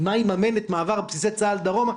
מה יממן את מעבר בסיסי צה"ל דרומה,